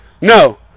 No